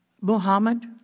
Muhammad